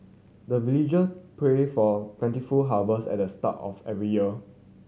the villager pray for plentiful harvest at the start of every year